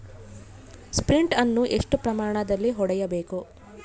Sprint ಅನ್ನು ಎಷ್ಟು ಪ್ರಮಾಣದಲ್ಲಿ ಹೊಡೆಯಬೇಕು?